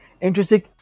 interesting